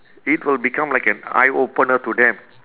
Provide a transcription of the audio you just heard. it will become like an eye opener to them